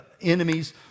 enemies